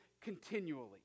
continually